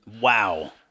Wow